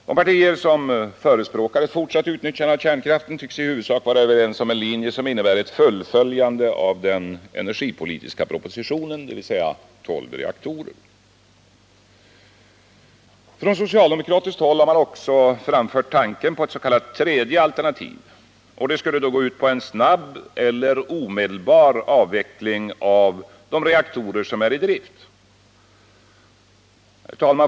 De partier som förespråkar ett fortsatt utnyttjande av kärnkraften tycks i huvudsak vara överens om en linje som innebär ett fullföljande av den energipolitiska propositionen, dvs. tolv reaktorer. Från socialdemokratiskt håll har också framförts tanken på ett s.k. tredje alternativ. Det skulle gå ut på en snabb eller omedelbar avveckling av de reaktorer som är i drift. Herr talman!